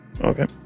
Okay